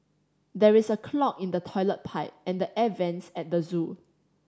there is a clog in the toilet pipe and the air vents at the zoo